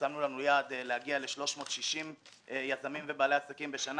שמנו לנו יעד להגיע ל-360 יזמים ובעלי עסקים בשנה